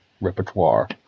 repertoire